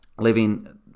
living